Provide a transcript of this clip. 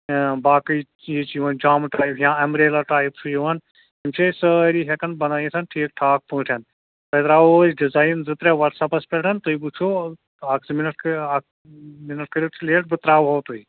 باقٕے چیٖز چھِ یِوان جامہٕ ٹایپ یا ایمبریلا ٹایپ چھُ یِوان یِم چھِ أسۍ سٲری ہٮ۪کان بَنٲوِتھ ٹھیٖک ٹھاک پٲٹھٮ۪ن تۄہہِ ترٛاوو أسۍ ڈِزاین زٕ ترٛےٚ واٹس ایپَس پٮ۪ٹھ تُہۍ وُچھِو اَکھ زٕ مِنٛٹ کیٛاہ اَکھ مِنٛٹ کٔرِتھ لیٹ بہٕ ترٛاوہو تُہۍ